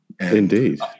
Indeed